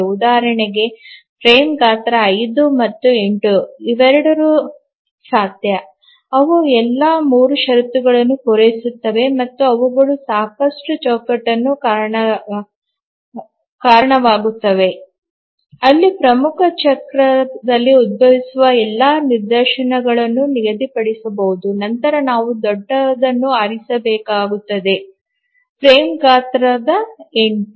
ಉದಾಹರಣೆಗೆ ಫ್ರೇಮ್ ಗಾತ್ರ 5 ಮತ್ತು 8 ಇವೆರಡೂ ಸಾಧ್ಯ ಅವು ಎಲ್ಲಾ 3 ಷರತ್ತುಗಳನ್ನು ಪೂರೈಸುತ್ತವೆ ಮತ್ತು ಅವುಗಳು ಸಾಕಷ್ಟು ಚೌಕಟ್ಟುಗಳಿಗೆ ಕಾರಣವಾಗುತ್ತವೆ ಅಲ್ಲಿ ಪ್ರಮುಖ ಚಕ್ರದಲ್ಲಿ ಉದ್ಭವಿಸುವ ಎಲ್ಲಾ ನಿದರ್ಶನಗಳನ್ನು ನಿಗದಿಪಡಿಸಬಹುದು ನಂತರ ನಾವು ದೊಡ್ಡದನ್ನು ಆರಿಸಬೇಕಾಗುತ್ತದೆ ಫ್ರೇಮ್ ಗಾತ್ರದ 8